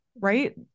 Right